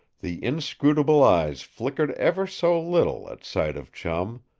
the inscrutable eyes flickered ever so little at sight of chum,